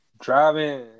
Driving